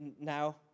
now